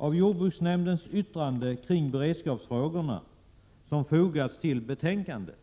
Av jordbruksnämndens yttrande kring beredskapsfrågorna, som fogats till betänkandet,